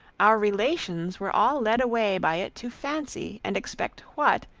our relations were all led away by it to fancy and expect what,